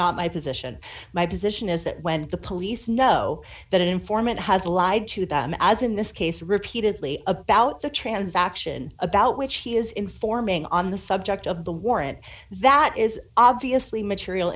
not my position my position is that when the police know that an informant has allied to them as in this case repeatedly about the transaction about which he is informing on the subject of the warrant that is obviously material